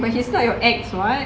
but he's not your ex [what]